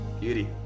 Beauty